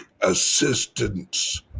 assistance